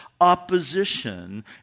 opposition